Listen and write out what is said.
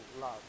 love